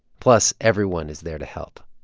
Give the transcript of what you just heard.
plus, everyone is there to help.